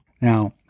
Now